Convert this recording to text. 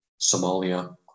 Somalia